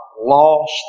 lost